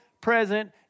present